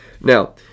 Now